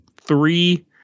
three